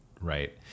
right